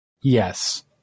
yes